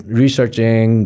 researching